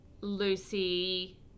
Lucy